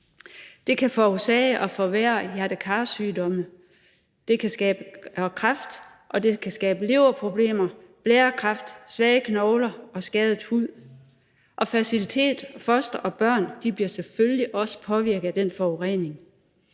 Det kan forårsage og forværre hjerte-kar-sygdomme, give kræftsygdomme som blærekræft, og det kan skabe leverproblemer, svage knogler og skade huden. Og fertiliteten, fostre og børn bliver selvfølgelig også påvirket af den forurening.